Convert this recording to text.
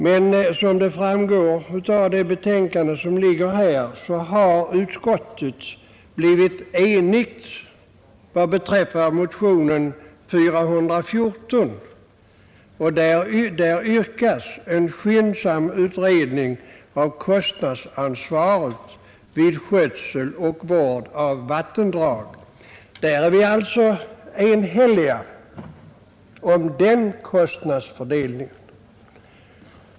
Men som det framgår av det betänkande vi nu behandlar har utskottet blivit enigt beträffande motionen 414, vari det yrkas en skyndsam utredning av kostnadsansvaret vid skötsel och vård av vattendrag. Vi är alltså eniga om utredningskravet när det gäller den kostnadsfördelningen.